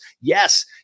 Yes